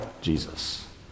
Jesus